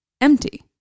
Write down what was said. empty